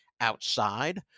outside